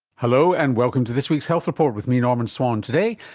hello, and welcome to this week's health report with me, norman swan. today,